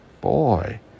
boy